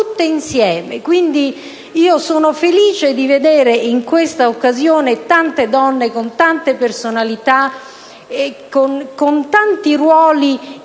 insieme. Sono pertanto felice di vedere in questa occasione tante donne con tante personalità e con tanti ruoli